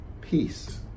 Peace